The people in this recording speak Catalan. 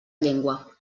llengua